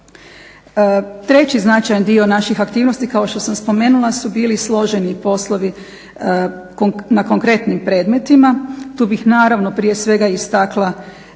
Treći značajan dio naših aktivnosti, kao što sam spomenula su bili složeni poslovi na konkretnim predmetima, tu bih naravno prije svega istakla